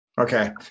Okay